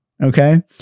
Okay